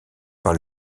par